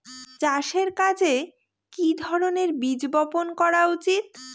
চাষের কাজে কি ধরনের বীজ বপন করা উচিৎ?